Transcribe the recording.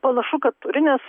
panašu kad turi nes